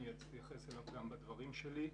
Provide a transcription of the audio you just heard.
אני אתייחס גם בדברים שלי.